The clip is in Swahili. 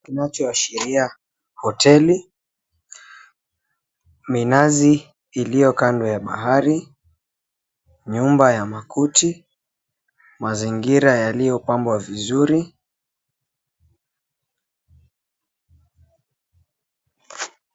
Kinachoashiria hoteli minazi iliyo kando ya bahari, nyumba ya makuti, mazingira yaliyopambwa vizuri.